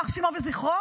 יימח שמו וזכרו,